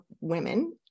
women